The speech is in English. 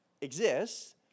exists